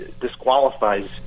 disqualifies